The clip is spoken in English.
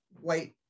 white